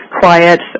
quiet